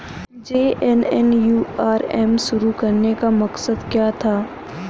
JNNURM शुरू करने का मकसद क्या था?